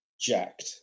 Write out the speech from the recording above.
jacked